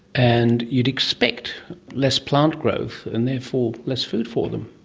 and you'd expect less plant growth, and therefore less food for them.